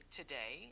today